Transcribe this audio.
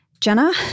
Jenna